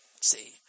See